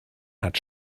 hat